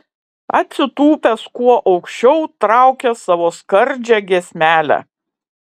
atsitūpęs kuo aukščiau traukia savo skardžią giesmelę